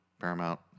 Paramount